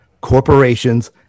corporations